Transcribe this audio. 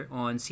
on